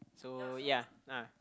so ya ah